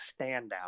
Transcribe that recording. standout